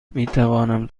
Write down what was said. میتوانم